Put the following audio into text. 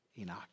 Enoch